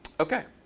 ok.